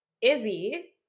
Izzy